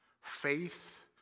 Faith